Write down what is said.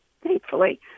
thankfully